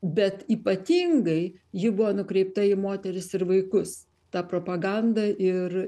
bet ypatingai ji buvo nukreipta į moteris ir vaikus ta propaganda ir